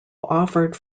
offered